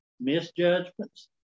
misjudgments